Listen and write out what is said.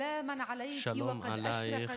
שלום עלייך.